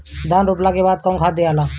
धान रोपला के बाद कौन खाद दियाला?